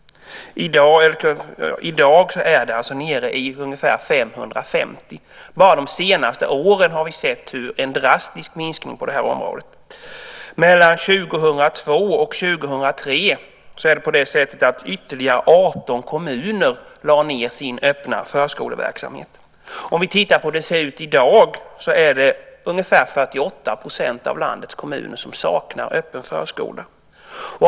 I dag är de nere i ungefär 550. Enbart de senaste åren har vi sett en drastisk minskning på det här området. År 2002-2003 lade ytterligare 18 kommuner ned sin öppna förskoleverksamhet. Om vi tittar på hur det ser ut i dag saknar ungefär 48 % av landets kommuner öppen förskola.